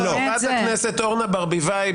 חברת הכנסת מירב כהן.